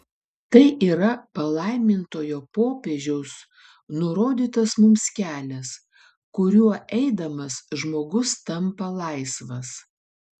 tai yra palaimintojo popiežiaus nurodytas mums kelias kuriuo eidamas žmogus tampa laisvas